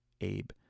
Abe